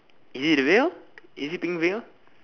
is it the veil is it pink veil